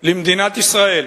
למדינת ישראל